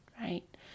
right